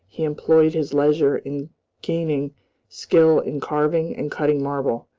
he employed his leisure in gaining skill in carving and cutting marble.